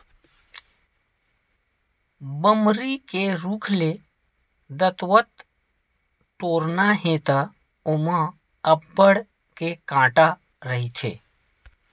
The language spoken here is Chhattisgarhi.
बमरी के रूख ले दतवत टोरना हे त ओमा अब्बड़ के कांटा रहिथे